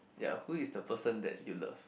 ya who is the person that you love